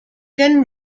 gun